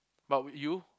but would you